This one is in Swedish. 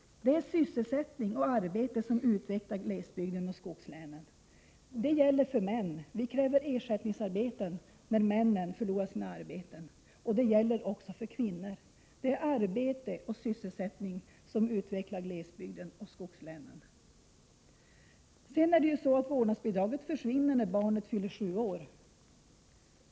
Det är sysselsättning och arbete som utvecklar glesbygden och skogslänen. Detta gäller för män — vi kräver ersättningsarbeten när männen förlorar sina arbeten — och det gäller också för kvinnor. Det är arbete och sysselsättning som utvecklar glesbygden och skogslänen. Dessutom är det ju så att vårdnadsbidraget försvinner när barnet fyller sju år.